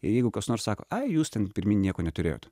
ir jeigu kas nors sako ai jūs ten pirmi nieko neturėjot